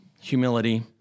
humility